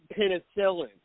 penicillin